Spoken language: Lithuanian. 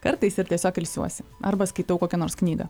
kartais ir tiesiog ilsiuosi arba skaitau kokią nors knygą